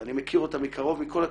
אני מכיר אותה מקרוב מכל הכיוונים,